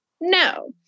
No